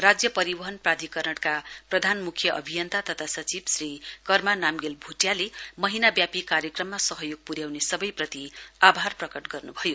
राज्य परिवहन प्राधिकरणका प्रधान मुख्य अभियन्ता तथा सचिव श्री कर्मा नाम्गेल भुटियाले महीना व्यापी कार्यक्रममा सहयोग प्र्याउने सबैप्रति आभार प्रकट गर्न्भयो